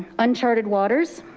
uncharted waters.